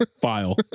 file